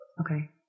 Okay